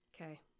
okay